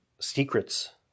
secrets